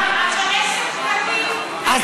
אני אמרתי לך שעל הציבורי אני מסכימה איתך.